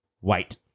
White